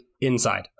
inside